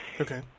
Okay